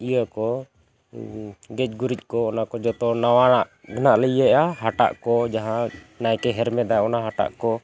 ᱤᱭᱟᱹ ᱠᱚ ᱜᱮᱡ ᱜᱩᱨᱤᱡ ᱠᱚ ᱚᱱᱟ ᱠᱚ ᱡᱷᱚᱛᱚ ᱱᱟᱣᱟᱱᱟᱜ ᱜᱮ ᱱᱟᱜᱞᱮ ᱤᱭᱟᱹᱭᱮᱜᱼᱟ ᱦᱟᱴᱟᱜ ᱠᱚ ᱡᱟᱦᱟᱸ ᱱᱟᱭᱠᱮ ᱦᱮᱨᱢᱮᱫᱟ ᱚᱱᱟ ᱦᱟᱴᱟᱜ ᱠᱚ